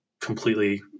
completely